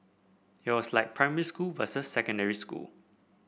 it was like primary school versus secondary school